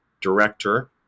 director